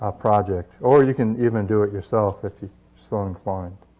ah project, or you can even do it yourself if you're so inclined.